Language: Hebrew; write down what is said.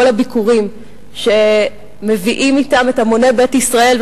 הביקורים שמביאים אתם את המוני בית ישראל.